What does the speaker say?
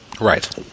Right